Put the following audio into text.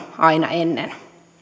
aina ennen